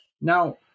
Now